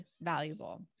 valuable